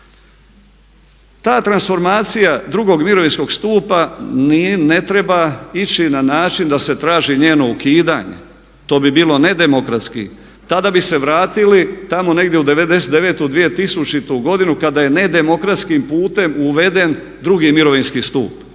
Ta transformacija drugog mirovinskog stupa ne treba ići na način da se traži njeno ukidanje. To bi bilo ne demokratski. Tada bi se vratili tamo negdje u 99.-u, 2000.-u godinu kada je ne demokratskim putem uveden drugi mirovinski stup.